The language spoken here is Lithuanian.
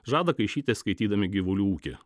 žada kaišyti skaitydami gyvulių ūkį